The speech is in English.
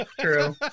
true